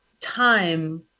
time